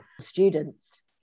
students